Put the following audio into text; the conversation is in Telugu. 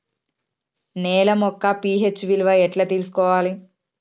నేల యొక్క పి.హెచ్ విలువ ఎట్లా తెలుసుకోవాలి?